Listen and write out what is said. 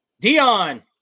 Dion